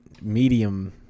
medium